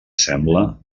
sembla